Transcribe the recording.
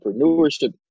entrepreneurship